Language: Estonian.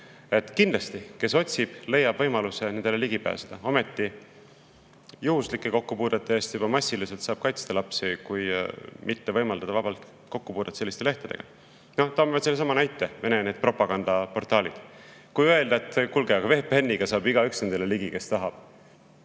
Kindlasti, kes otsib, leiab võimaluse nendele ligi pääseda. Ometi saab juhuslike kokkupuudete eest massiliselt lapsi kaitsta juba siis, kui mitte võimaldada vaba kokkupuudet selliste lehtedega. Toon veel sellesama näite: Vene propagandaportaalid. Kui öelda, et kuulge, aga VPN‑iga saab nendele ligi igaüks, kes tahab,